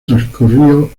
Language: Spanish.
transcurrió